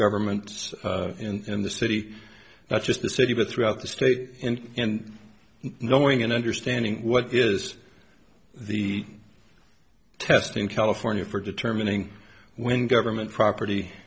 governments in the city that's just the city but throughout the state and knowing and understanding what is the test in california for determining when government property